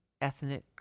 ethnic